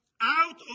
Out